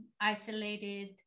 isolated